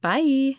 Bye